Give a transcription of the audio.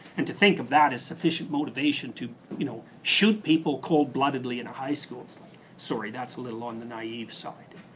and to think of that as sufficient motivation to you know shoot people cold bloodedly in a high school sorry, that's a little on the naive side.